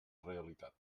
realitat